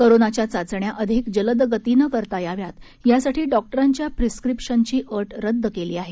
कोरोनाच्या चाचण्या अधिक जलदगतीनं करता याव्यात यासाठी डॉक्टरांच्या प्रिस्क्रिपशनची अट रद्द केली आहे